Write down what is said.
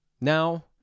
Now